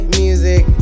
music